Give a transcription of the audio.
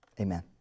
Amen